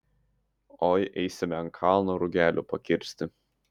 oi eisime ant kalno rugelių pakirsti